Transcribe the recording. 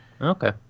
Okay